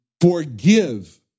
forgive